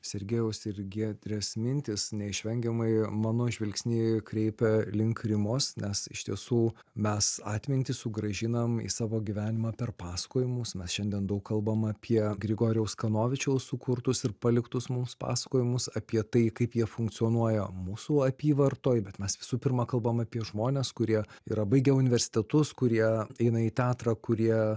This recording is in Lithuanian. sergejaus ir giedrės mintys neišvengiamai mano žvilgsnį kreipia link rimos nes iš tiesų mes atmintį sugrąžinam į savo gyvenimą per pasakojimus mes šiandien daug kalbamam apie grigorijaus kanovičiaus sukurtus ir paliktus mums pasakojimus apie tai kaip jie funkcionuoja mūsų apyvartoj bet mes visų pirma kalbam apie žmones kurie yra baigę universitetus kurie eina į teatrą kurie